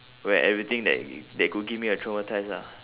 where everything that that could give me a traumatise ah